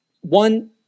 One